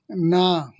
ନା